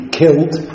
killed